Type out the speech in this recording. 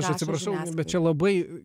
aš atsiprašau bet čia labai